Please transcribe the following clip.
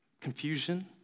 confusion